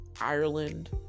Ireland